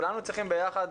כולנו צריכים ביחד,